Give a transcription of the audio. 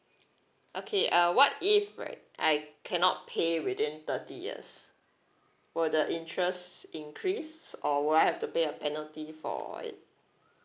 okay uh what if right I cannot pay within thirty years will the interest increased or would I have to pay a penalty for it